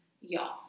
y'all